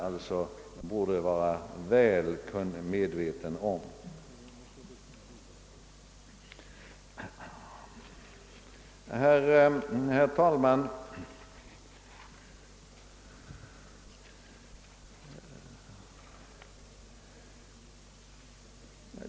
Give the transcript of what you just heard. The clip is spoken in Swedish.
Herr talman!